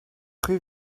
rue